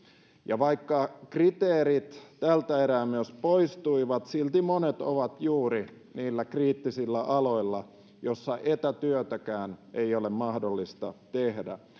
ja vaikka kriteerit tältä erää myös poistuivat silti monet ovat juuri niillä kriittisillä aloilla joilla etätyötäkään ei ole mahdollista tehdä